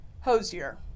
Hosier